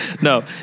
No